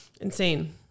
Insane